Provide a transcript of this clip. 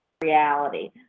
reality